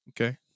Okay